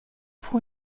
pour